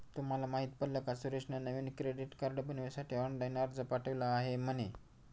तुला माहित पडल का सुरेशने नवीन क्रेडीट कार्ड बनविण्यासाठी ऑनलाइन अर्ज पाठविला आहे म्हणे